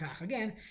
Again